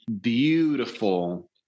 beautiful